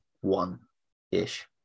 one-ish